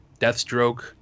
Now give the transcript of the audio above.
Deathstroke